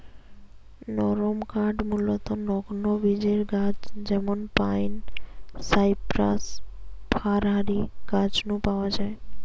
নরমকাঠ মূলতঃ নগ্নবীজের গাছ যেমন পাইন, সাইপ্রাস, ফার হারি গাছ নু পাওয়া যায়